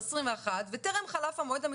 אין מערכת דינים נפרדת.